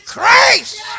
Christ